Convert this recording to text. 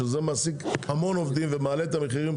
שזה מעסיק המון עובדים ומעלה את המחירים